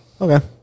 Okay